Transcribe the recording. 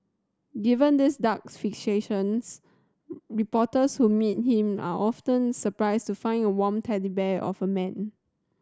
given these dark fixations reporters who meet him are often surprised to find a warm teddy bear of a man